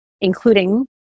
including